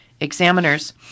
examiners